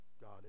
God